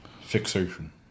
Fixation